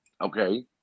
Okay